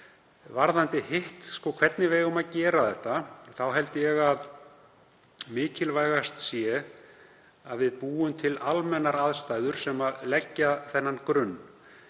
Varðandi hitt, hvernig við eigum að gera þetta, þá held ég að mikilvægast sé að við búum til almennar aðstæður sem leggja þennan grunn.